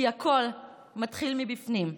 כי הכול מתחיל מבפנים,